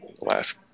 last